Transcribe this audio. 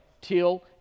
till